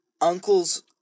uncle's